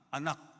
anak